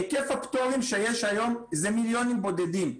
היקף הפטורים שיש היום זה מיליונים בודדים.